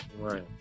Right